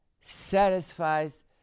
satisfies